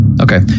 Okay